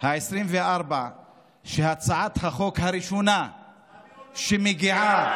העשרים-וארבע שהצעת החוק הראשונה שמגיעה